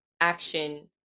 action